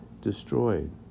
destroyed